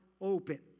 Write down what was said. open